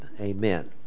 Amen